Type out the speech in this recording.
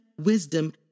wisdom